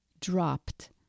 dropped